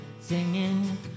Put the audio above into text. Singing